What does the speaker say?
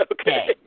Okay